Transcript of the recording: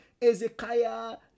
Ezekiah